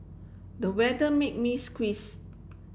the weather made me squeeze